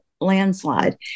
landslide